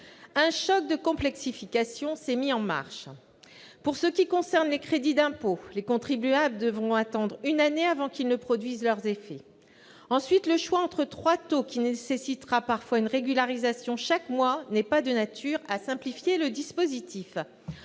Un choc de complexification s'est mis en marche. Tout d'abord, en ce qui concerne les crédits d'impôt, les contribuables devront attendre une année avant qu'ils ne produisent leurs effets. Ensuite, le choix entre trois taux, qui nécessitera parfois une régularisation chaque mois, n'est pas de nature à simplifier le dispositif.